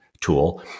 tool